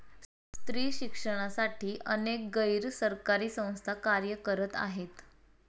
स्त्री शिक्षणासाठी अनेक गैर सरकारी संस्था कार्य करत आहेत